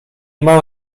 mam